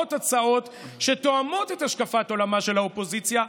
באות הצעות שתואמות את השקפת עולמה של האופוזיציה,